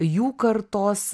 jų kartos